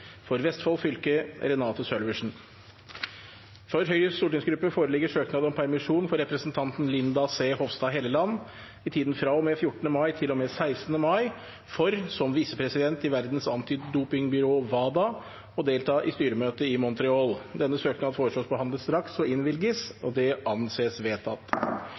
For Vestfold fylke: Renate Sølversen Fra Høyres stortingsgruppe foreligger søknad om permisjon for representanten Linda C. Hofstad Helleland i tiden fra og med 14. mai til og med 16. mai for, som visepresident i Verdens antidopingbyrå, WADA, å delta i styremøte i Montreal. Denne søknad foreslås behandlet straks og innvilget. – Det anses vedtatt.